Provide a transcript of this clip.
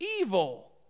evil